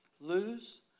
Lose